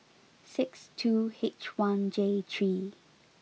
sixty two H one J three